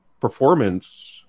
performance